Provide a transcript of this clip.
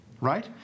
Right